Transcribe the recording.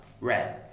Red